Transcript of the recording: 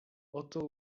oto